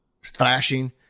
Flashing